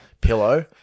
pillow